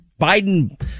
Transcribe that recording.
Biden